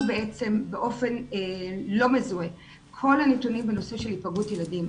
בעצם באופן לא מזוהה כל הנתונים בנושא של היפגעות ילדים.